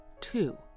Two